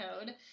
code